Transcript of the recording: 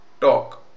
talk